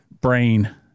brain